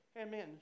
Amen